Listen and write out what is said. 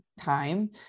time